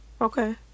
Okay